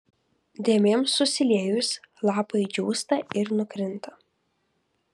dėmėms susiliejus lapai džiūsta ir nukrinta